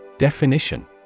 Definition